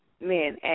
men